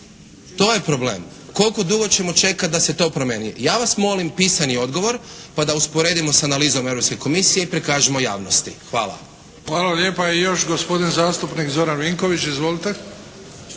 To je problem. Koliko dugo ćemo čekati da se to promijeni? Ja vas molim pisani odgovor pa da usporedimo s analizom Europske komisije i prikažemo javnosti. Hvala. **Bebić, Luka (HDZ)** Hvala lijepa. I još gospodin zastupnik Zoran Vinković. Izvolite.